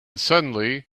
suddenly